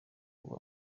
kuba